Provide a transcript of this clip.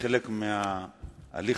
כחלק מההליך